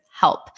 help